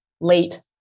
late